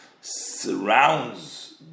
surrounds